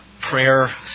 Prayer